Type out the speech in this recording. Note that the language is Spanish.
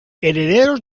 herederos